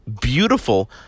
beautiful